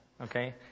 Okay